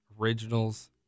Originals